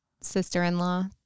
sister-in-law